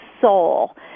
soul